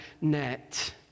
net